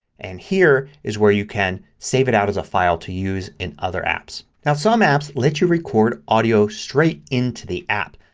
and here is where you can save it out as a file to use in other apps. now some apps let you record audio straight into the app.